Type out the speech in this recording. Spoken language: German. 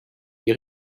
die